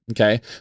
Okay